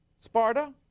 Sparta